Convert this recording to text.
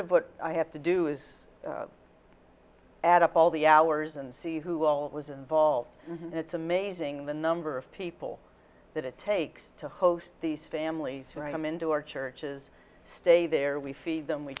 of what i have to do is add up all the hours and see who all was involved and it's amazing the number of people that it takes to host these families who write them into our churches stay there we feed them we